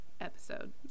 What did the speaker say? episode